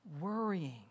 worrying